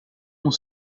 ont